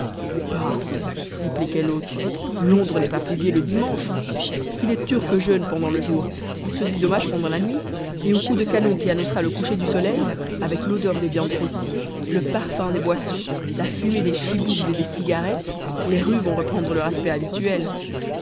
bah répliquait l'autre londres n'est pas plus gai le dimanche si les turcs jeûnent pendant le jour ils se dédommagent pendant la nuit et au coup de canon qui annoncera le coucher du soleil avec l'odeur des viandes rôties le parfum des boissons la fumée des chibouks et des cigarettes les rues vont reprendre leur aspect habituel